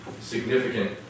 significant